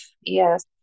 Yes